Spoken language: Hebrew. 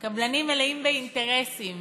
קבלנים מלאים באינטרסים,